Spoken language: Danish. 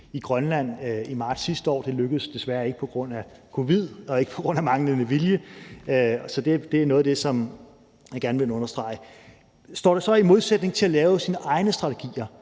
i Grønland i marts sidste år, det lykkedes desværre ikke på grund af covid-19, det var ikke på grund af manglende vilje, så det er noget af det, jeg gerne vil understrege. Kl. 21:36 Står det så i modsætning til at lave sine egne strategier?